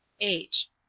h.